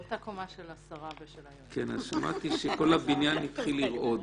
באותה קומה של השרה ושל --- אז שמעתי שכל הבניין התחיל לרעוד